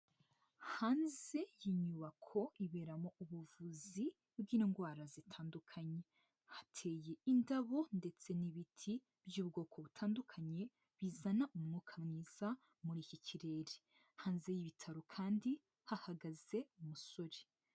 Hanze y'inyubako iberamo ubuvuzi bw'indwara zitandukanye, hateye indabo ndetse n'ibiti by'ubwoko butandukanye bizana umwuka mwiza muri iki kirere, hanze y'ibitaro kandi hahagaze umusore.